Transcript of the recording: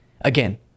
again